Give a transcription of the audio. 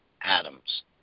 atoms